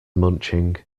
munching